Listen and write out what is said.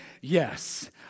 yes